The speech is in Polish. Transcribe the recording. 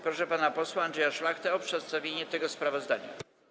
Proszę pana posła Andrzeja Szlachtę o przedstawienie tego sprawozdania.